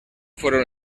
fueron